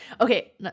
Okay